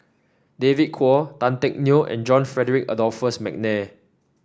David Kwo Tan Teck Neo and John Frederick Adolphus McNair